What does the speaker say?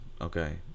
okay